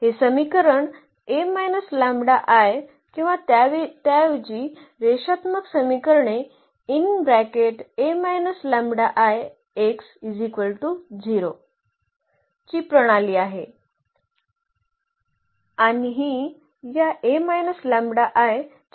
हे समीकरण किंवा त्याऐवजी रेषात्मक समीकरणे ची प्रणाली आहे आणि ही या च्या नल स्पेसची व्याख्या आहे